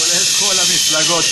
כולל כל המפלגות,